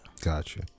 Gotcha